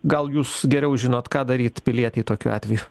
gal jūs geriau žinot ką daryti pilietei tokiu atveju